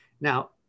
Now